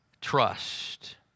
trust